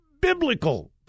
biblical